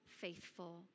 faithful